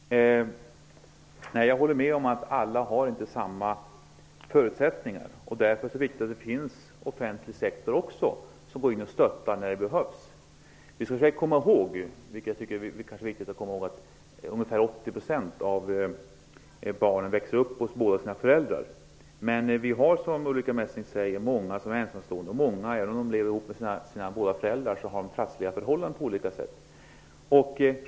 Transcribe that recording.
Herr talman! Nej, jag håller med om att alla inte har samma förutsättningar. Därför är det så viktigt att det finns offentlig sektor också, som går in och stöttar när det behövs. Vi skall komma ihåg, vilket jag tycker är viktigt, att ungefär 80 % av barnen växer upp hos båda sina föräldrar. Men det finns, som Ulrica Messing säger, många som är ensamstående och många barn som, även om de lever ihop med båda sina föräldrar, har trassliga förhållanden på olika sätt.